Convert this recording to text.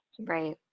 Right